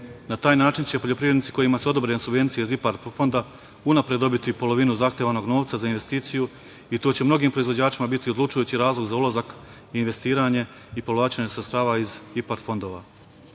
na taj način će poljoprivrednici kojima su odobrene subvencije za IPARD fonda unapred dobiti polovinu zahtevanog novca za investiciju i to će mnogim proizvođačima biti odlučujući razlog za dolazak investiranje i povlačenje sredstava iz IPARD fondova. Ove